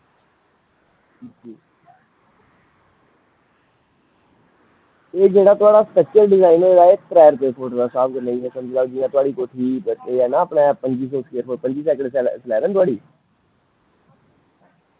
एह् थुआढ़ा जेह्ड़ा स्ट्रक्चर डिजाईन होए दा एह् सरिया एह् थुआढ़ी कोठी एह् ना पं'जी सैकड़े स्लैब ऐ ना थुआढ़ी